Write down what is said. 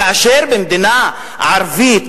כאשר במדינה ערבית,